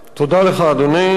תודה לך, אדוני.